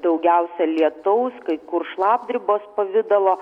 daugiausia lietaus kai kur šlapdribos pavidalo